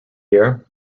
year